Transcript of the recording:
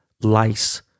lice